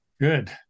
good